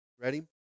Ready